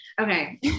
Okay